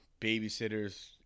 babysitters